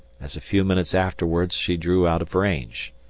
as a few minutes afterwards she drew out of range!